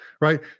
right